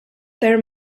there